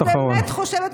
אני באמת חושבת,